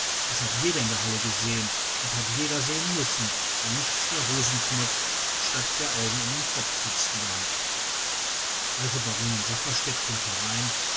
das hat jeder in der halle gesehen und hat jeder sehen müssen der nicht zwei hosenknöpfe statt der augen hat im kopf sitzen gehabt also die baronin safferstätt kommt herein